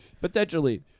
Potentially